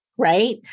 Right